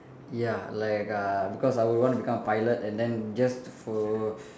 ya like uh because I would want to become a pilot and then just for